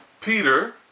Peter